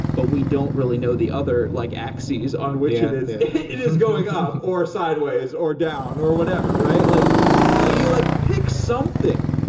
but we don't really know the other like axes on which it is going up or sideways or down or whatever, right? like so you like pick something,